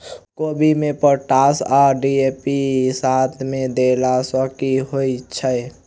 कोबी मे पोटाश आ डी.ए.पी साथ मे देला सऽ की होइ छै?